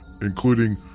including